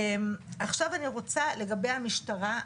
עכשיו אני רוצה לדבר על המשטרה.